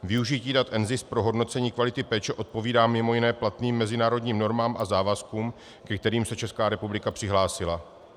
Využití dat NZIS pro hodnocení kvality péče odpovídá mimo jiné platným mezinárodním normám a závazkům, ke kterým se Česká republika přihlásila.